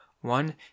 one